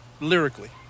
lyrically